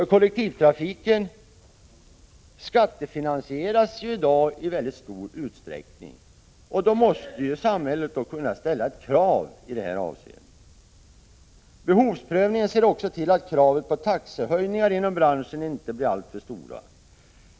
Kollektivtrafiken skattefinansieras i dag i väldigt stor utsträckning, och då måste samhället kunna ställa krav i det här avseendet. Behovsprövningen ser också till, att kraven på taxehöjningar inom branschen inte blir alltför stora.